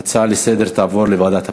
ההצעה לסדר-היום תעבור לוועדת הפנים.